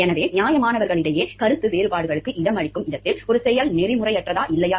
எனவே நியாயமானவர்களிடையே கருத்து வேறுபாடுகளுக்கு இடமளிக்கும் இடத்தில் ஒரு செயல் நெறிமுறையற்றதா இல்லையா